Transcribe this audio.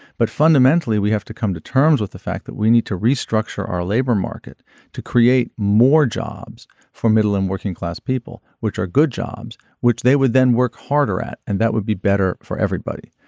but fundamentally we have to come to terms with the fact that we need to restructure our labor market to create more jobs for middle and working class people which are good jobs which they would then work harder at and that would be better for everybody.